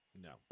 No